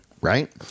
right